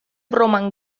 broman